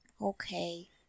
Okay